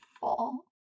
fall